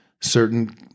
certain